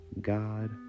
God